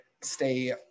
stay